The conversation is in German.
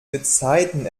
gezeiten